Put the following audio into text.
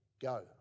go